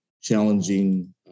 challenging